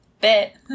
bit